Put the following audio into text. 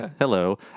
Hello